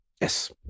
Yes